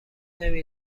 نمی